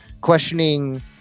questioning